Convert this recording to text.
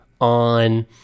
on